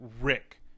Rick